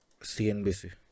CNBC